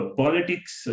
politics